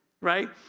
right